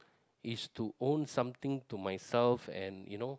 is to own something to myself and you know